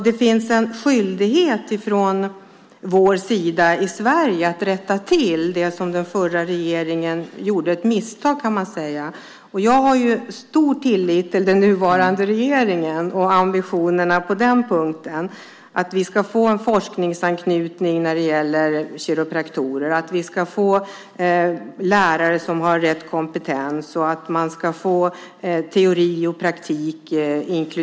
Det finns en skyldighet från vår sida i Sverige att rätta till det misstag som den förra regeringen gjorde. Jag har stor tillit till den nuvarande regeringens ambitioner om en forskningsanknytning när det gäller kiropraktorer, lärare som har rätt kompetens och att utbildningen ska inkludera teori och praktik.